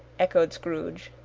echoed scrooge.